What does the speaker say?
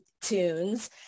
tunes